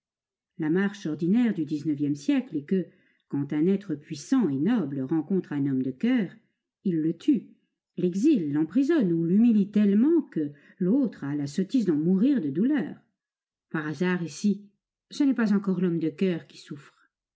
la marche ordinaire du xixe siècle est que quand un être puissant et noble rencontre un homme de coeur il le tue l'exile l'emprisonne ou l'humilie tellement que l'autre a la sottise d'en mourir de douleur par hasard ici ce n'est pas encore l'homme de coeur qui souffre